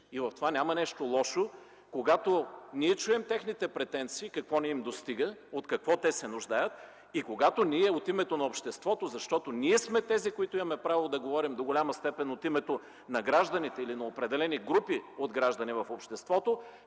в това, когато ние чуем техните претенции – какво не им достига, от какво те се нуждаят, и когато ние от името на обществото – ние сме тези, които имаме право да говорим до голяма степен от името на гражданите или на определени групи от граждани в обществото